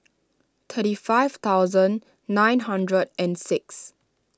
thirty five thousand nine hundred and six